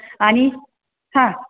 आणि हां